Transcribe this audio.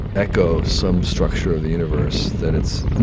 echo some structure of the universe that it's